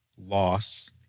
loss